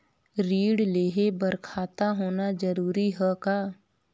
ऋण लेहे बर खाता होना जरूरी ह का?